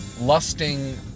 lusting